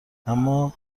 اما